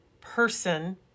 person